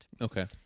Okay